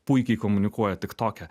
puikiai komunikuoja tiktoke